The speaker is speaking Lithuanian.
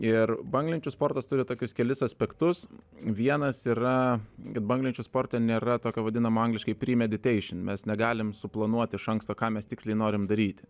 ir banglenčių sportas turi tokius kelis aspektus vienas yra kad banglenčių sporte nėra tokio vadinamo angliškai primediteišin mes negalim suplanuoti iš iš anksto ką mes tiksliai norim daryti